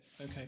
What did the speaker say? okay